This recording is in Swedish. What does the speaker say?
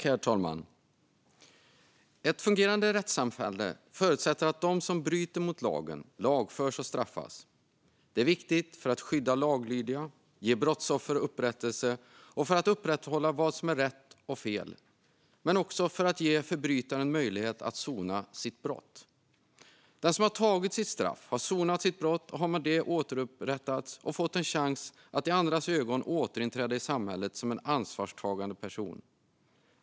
Herr talman! Ett fungerande rättssamhälle förutsätter att de som bryter mot lagen lagförs och straffas. Det är viktigt för att skydda laglydiga och ge brottsoffer upprättelse och för att upprätthålla vad som är rätt och fel. Men det är också viktigt för att ge förbrytaren möjlighet att sona sitt brott. Den som har tagit sitt straff har sonat sitt brott och har i och med det återupprättats och fått en chans att i andras ögon återinträda i samhället som en ansvarstagande person.